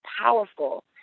powerful